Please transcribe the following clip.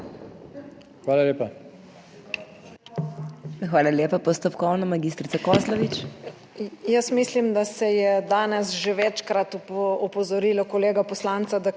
Hvala lepa.